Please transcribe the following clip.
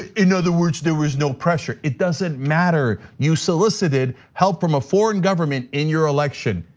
in other words, there was no pressure. it doesn't matter. you solicited help from a foreign government in your election,